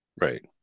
Right